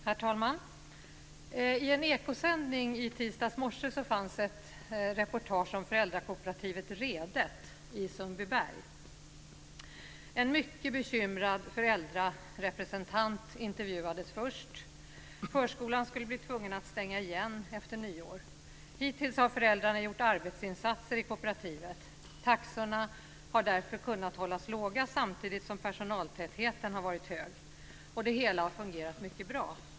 Herr talman! I en Ekosändning i tisdags morse fanns ett reportage om föräldrakooperativet Redet i Sundbyberg. En mycket bekymrad föräldrarepresentant intervjuades först. Förskolan skulle bli tvungen att stänga efter nyår. Hittills har föräldrarna gjort arbetsinsatser i kooperativet. Taxorna har därför kunnat hållas låga samtidigt som personaltätheten har varit hög. Det hela har fungerat mycket bra.